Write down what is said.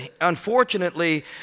unfortunately